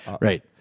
Right